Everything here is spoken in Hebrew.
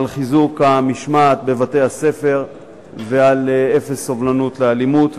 על חיזוק המשמעת בבתי-הספר ועל אפס סובלנות לאלימות,